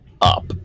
up